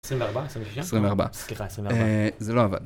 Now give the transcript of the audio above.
24, 26. 24. סליחה, 24. זה לא עבד.